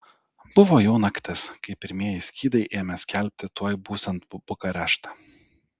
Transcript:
buvo jau naktis kai pirmieji skydai ėmė skelbti tuoj būsiant bukareštą